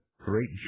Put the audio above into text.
great